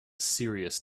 serious